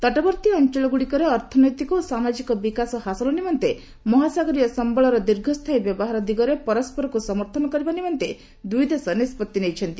ତଟବର୍ତ୍ତୀ ଅଞ୍ଚଳଗ୍ରଡିକରେ ଅର୍ଥନୈତିକ ଓ ସାମାଜିକ ବିକାଶ ହାସଲ ନିମନ୍ତେ ମହାସାଗରୀୟ ସମ୍ଘଳର ଦୀର୍ଘସ୍ଥାୟୀ ବ୍ୟବହାର ଦିଗରେ ପରସ୍କରକୁ ସମର୍ଥନ କରିବା ନିମନ୍ତେ ଦୁଇ ଦେଶ ନିଷ୍ପଭି ନେଇଛନ୍ତି